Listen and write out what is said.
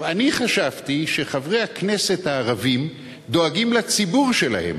אני חשבתי שחברי הכנסת הערבים דואגים לציבור שלהם,